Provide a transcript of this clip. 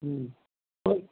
ம் ஓ